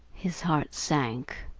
his heart sank.